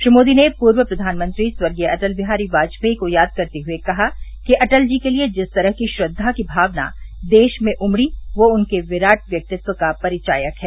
श्री मोदी ने पूर्व प्रधानमंत्री स्वर्गीय अटल बिहारी वाजपेयी को याद करते हुए कहा कि अटल जी के लिए जिस तरह की श्रद्वा की भावना देश में उम्ड़ी वह उनके विराट व्यक्तित्व का परिचायक है